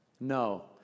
No